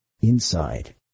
inside